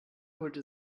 holte